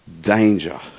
danger